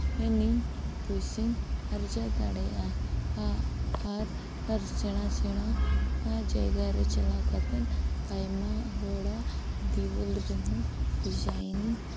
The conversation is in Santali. ᱤᱧ ᱯᱚᱭᱥᱟᱧ ᱟᱨᱡᱟᱣ ᱫᱟᱲᱮᱭᱟᱜᱼᱟ ᱟᱨ ᱥᱮᱬᱟ ᱥᱮᱬᱟ ᱡᱟᱭᱜᱟ ᱨᱮ ᱪᱟᱞᱟᱣ ᱠᱟᱛᱮᱫ ᱟᱭᱢᱟ ᱦᱚᱲᱟᱜ ᱫᱮᱣᱟᱞ ᱨᱮᱦᱚᱧ ᱰᱤᱡᱟᱭᱤᱱ ᱤᱧ